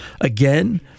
again